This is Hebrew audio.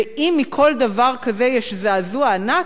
ואם מכל דבר כזה יש זעזוע ענק,